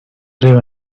drew